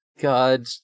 God